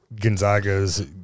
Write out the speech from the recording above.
Gonzaga's